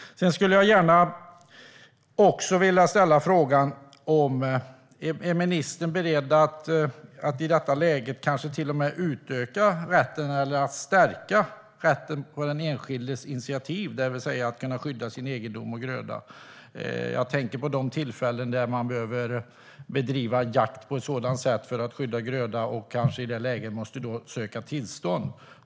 Jag skulle också gärna vilja ställa frågan om ministern är beredd att i detta läge kanske till och med utöka eller stärka rätten för den enskildes initiativ att kunna skydda sin egendom och gröda. Jag tänker på de tillfällen när man behöver bedriva sådan jakt för att skydda gröda och kanske i det läget måste ansöka om tillstånd.